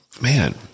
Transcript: man